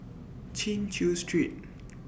Chin Chew Street